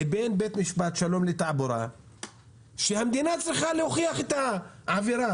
לבין בית משפט שלום לתעבורה שהמדינה צריכה להוכיח את העבירה.